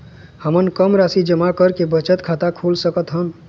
हमन कम राशि जमा करके बचत खाता खोल सकथन?